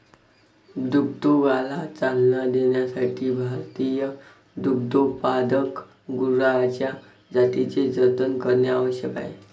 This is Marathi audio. दुग्धोद्योगाला चालना देण्यासाठी भारतीय दुग्धोत्पादक गुरांच्या जातींचे जतन करणे आवश्यक आहे